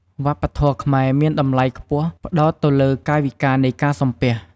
វប្បធម៌ខ្មែរមានតម្លៃខ្ពស់ផ្តោតទៅលើកាយវិការនៃការសំពះ។